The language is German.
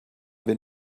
will